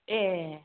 ए